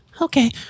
Okay